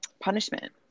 Punishment